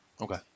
Okay